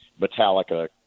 metallica